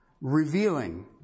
revealing